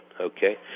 Okay